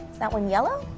that one yellow.